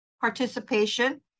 participation